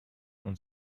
and